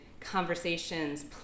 conversations